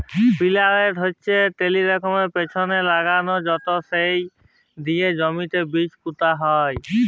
পিলান্টের হচ্যে টেরাকটরের পিছলে লাগাল হয় সেট দিয়ে জমিতে বীজ পুঁতা হয়